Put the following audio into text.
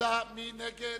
מי נגד?